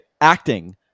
Acting